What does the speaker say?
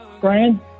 Brian